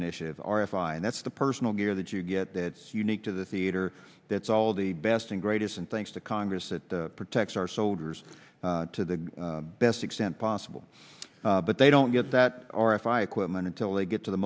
initiative r f i that's the personal gear that you get that's unique to the theater that's all the best and greatest and thanks to congress that protects our soldiers to the best extent possible but they don't get that or if i quit mine until they get to the